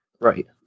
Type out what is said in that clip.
Right